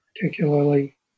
particularly